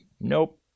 Nope